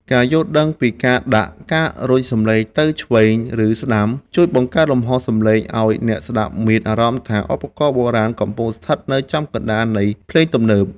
ការយល់ដឹងពីការដាក់ ការរុញសំឡេងទៅឆ្វេង ឬស្ដាំ ជួយបង្កើតលំហសំឡេងឱ្យអ្នកស្ដាប់មានអារម្មណ៍ថាឧបករណ៍បុរាណកំពុងស្ថិតនៅចំកណ្ដាលនៃភ្លេងទំនើប។